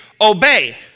obey